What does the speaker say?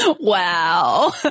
Wow